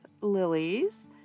lilies